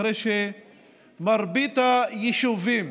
אחרי שמרבית היישובים